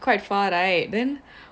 quite far right then